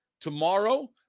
tomorrow